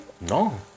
No